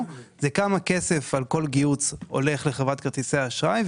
הוא כמה כסף הולך לחברת כרטיסי האשראי על כל גיהוץ,